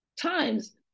times